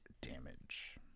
damage